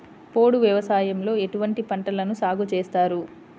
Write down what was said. పోడు వ్యవసాయంలో ఎటువంటి పంటలను సాగుచేస్తారు?